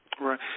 Right